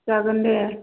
जागोन दे